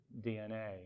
DNA